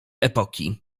epoki